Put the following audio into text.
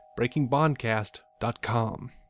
BreakingBondCast.com